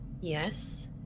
Yes